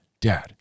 Dad